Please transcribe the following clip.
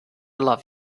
love